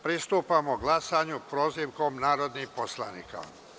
Pristupamo glasanju prozivanjem narodnih poslanika.